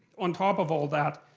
on top of all that,